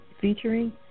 featuring